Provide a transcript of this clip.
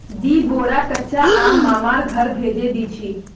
दी बोरा कच्चा आम मामार घर भेजे दीछि